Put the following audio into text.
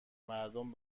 مردم